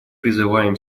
призываем